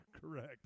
Correct